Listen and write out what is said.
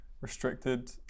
restricted